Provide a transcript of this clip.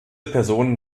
personen